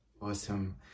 awesome